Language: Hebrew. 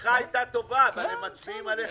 שכוונתך הייתה טובה ומצביעים עליך